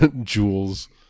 jewels